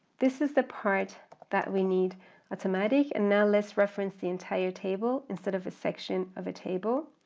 this is the part that we need automatic and now let's reference the entire table instead of a section of a table.